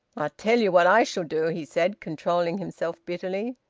i tell you what i shall do, he said, controlling himself bitterly.